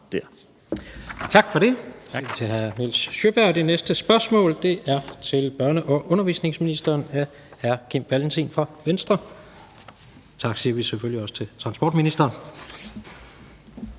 Tak for det.